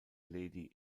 lady